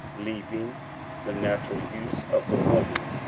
leaving the natural use of the woman,